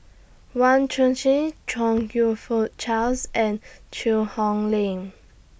Wang Chong YOU Fook Charles and Cheang Hong Lim